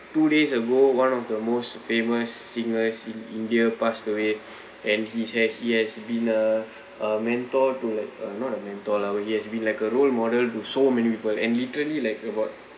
two days ago one of the most famous singers in india passed away and he has he has been a mentor to like uh not a mentor lah but he has been like a role model to so many people and literally like about